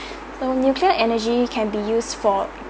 so nuclear energy can be used for